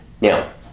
Now